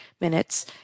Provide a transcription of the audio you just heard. minutes